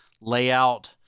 layout